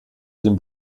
den